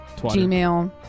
gmail